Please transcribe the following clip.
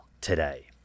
today